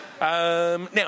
Now